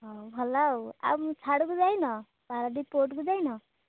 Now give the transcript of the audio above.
ହଉ ଭଲ ଆଉ ଆଉ ସିଆଡ଼କୁ ଯାଇନ ପାରଦୀପ ପୋର୍ଟକୁ ଯାଇନ